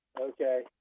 okay